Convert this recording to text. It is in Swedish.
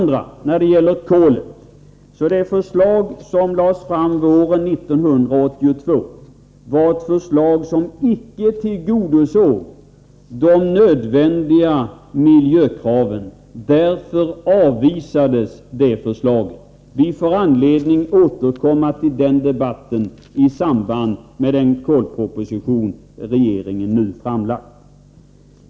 Det förslag beträffande kolet som lades fram våren 1982 tillgodosåg inte de nödvändiga miljökraven. Därför avvisades det förslaget. Vi får anledning återkomma till den debatten i samband med den kolproposition regeringen nu har framlagt.